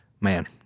man